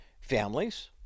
families